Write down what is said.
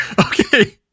Okay